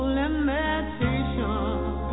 limitations